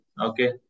Okay